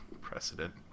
precedent